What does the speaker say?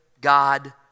god